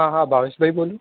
હા હા ભાવેશ ભાઈ બોલું